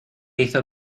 hizo